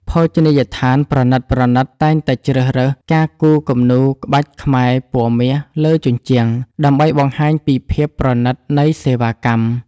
ភោជនីយដ្ឋានប្រណីតៗតែងតែជ្រើសរើសការគូរគំនូរក្បាច់ខ្មែរពណ៌មាសលើជញ្ជាំង ដើម្បីបង្ហាញពីភាពប្រណីតនៃសេវាកម្ម។